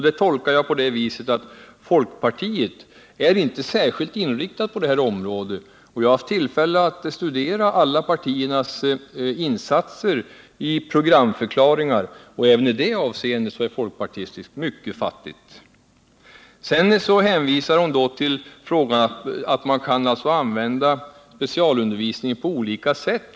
Det tolkar jag så, att folkpartiet inte är särskilt inriktat på det här området. Jag har haft tillfälle att studera alla partiers insatser i fråga om program för utbildning av handikappade och även i det avseendet är folkpartiet mycket fattigt. Sedan sade statsrådet att man kan använda specialundervisning på olika sätt.